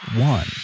one